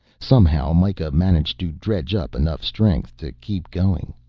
somehow mikah managed to dredge up enough strength to keep going.